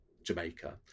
jamaica